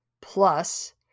plus